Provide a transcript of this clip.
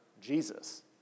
Jesus